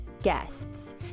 Guests